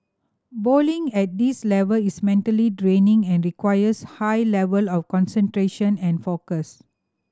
bowling at this level is mentally draining and requires high level of concentration and focus